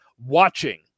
watching